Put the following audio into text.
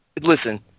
listen